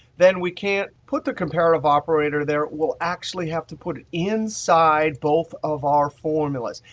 then we can't put the comparative operator there. we'll actually have to put it inside both of our formulas.